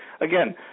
Again